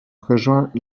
rejoint